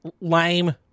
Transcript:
Lame